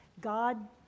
God